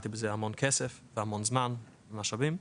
שילמתי על זה המון כסף והמון זמן, ומשאבים.